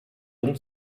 den